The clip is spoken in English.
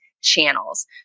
channels